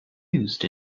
used